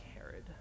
Herod